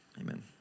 Amen